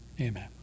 Amen